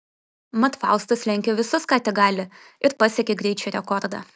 mat faustas lenkia visus ką tik gali ir pasiekia greičio rekordą